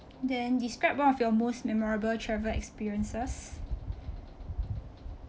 then describe one your most memorable travel experiences